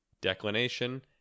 declination